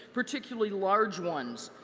particularly large ones.